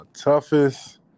toughest